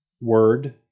word